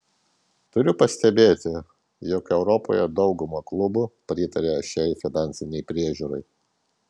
turiu pastebėti jog europoje dauguma klubų pritaria šiai finansinei priežiūrai